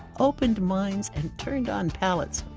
opened minds and turned on palates.